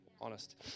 honest